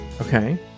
Okay